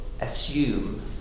assume